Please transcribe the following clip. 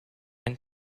ein